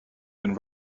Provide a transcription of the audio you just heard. been